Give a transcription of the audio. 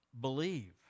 Believe